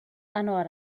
انار